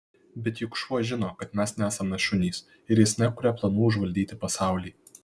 bet juk šuo žino kad mes nesame šunys ir jis nekuria planų užvaldyti pasaulį